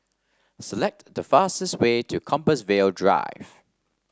select the fastest way to Compassvale Drive